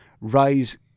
Rise